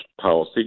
policy